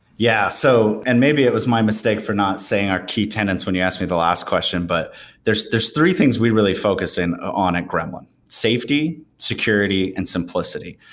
yeah, so and maybe it was my mistake for not saying our key tenants when you asked me the last question, but there're three things we really focus in on at gremlin safety, security and simplicity.